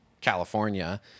California